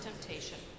temptation